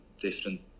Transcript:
different